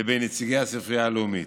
לבין נציגי הספרייה הלאומית.